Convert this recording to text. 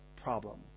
problem